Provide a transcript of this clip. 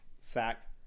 Sack